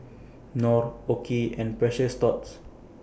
Knorr OKI and Precious Thots